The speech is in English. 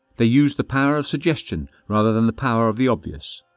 they use the power of suggestion rather than the power of the obvious.